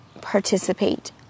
participate